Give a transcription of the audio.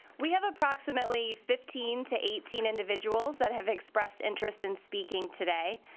we have approximately fifteen to eighteen individuals that have expressed interest in speaking today